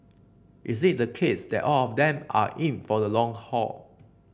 is it the case that all of them are in for the long haul